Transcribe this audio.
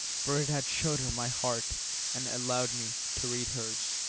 for it had showed her my heart and allowed me to read hers.